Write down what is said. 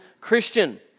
Christian